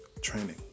training